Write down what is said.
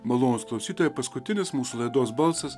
malonūs klausytojai paskutinis mūsų laidos balsas